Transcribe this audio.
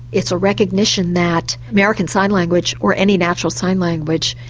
it's a recognition that american sign language, or any natural sign language,